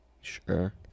Sure